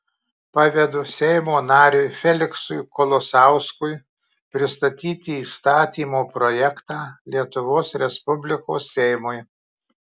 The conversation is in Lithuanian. pavedu seimo nariui feliksui kolosauskui pristatyti įstatymo projektą lietuvos respublikos seimui